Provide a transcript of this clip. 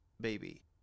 baby